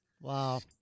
Wow